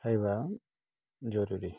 ଖାଇବା ଜରୁରୀ